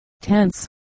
tense